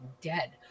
dead